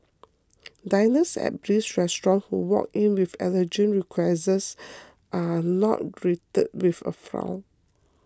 diners at Bliss Restaurant who walk in with allergen requests are not greeted with a frown